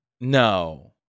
No